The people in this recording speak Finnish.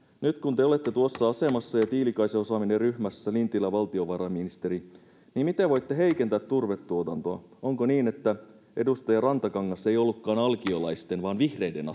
nyt kun te olette tuossa asemassa tiilikaisen osaaminen on ryhmässä ja lintilä on valtiovarainministeri miten voitte heikentää turvetuotantoa onko niin että edustaja rantakangas ei ollutkaan alkiolaisten vaan vihreiden